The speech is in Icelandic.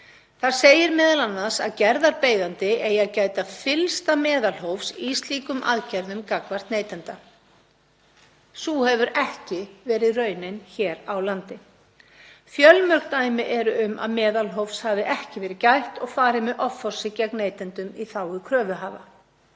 Þar segir m.a. að gerðarbeiðandi eigi að gæta fyllsta meðalhófs í slíkum aðgerðum gagnvart neytanda. Sú hefur ekki verið raunin hér á landi. Fjölmörg dæmi eru um að meðalhófs hafi ekki verið gætt og farið með offorsi gegn neytendum í þágu kröfuhafa.